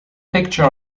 picture